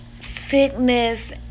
sickness